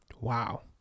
wow